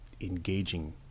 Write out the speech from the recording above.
engaging